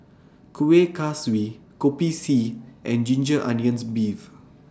Kuih Kaswi Kopi C and Ginger Onions Beef